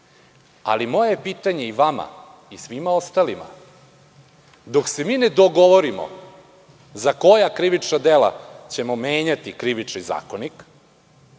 ali moje je pitanje i vama i svima ostalima, dok se mi ne dogovorimo za koja krivična dela ćemo menjati Krivični zakonik,